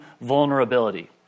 vulnerability